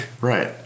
Right